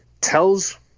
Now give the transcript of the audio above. tells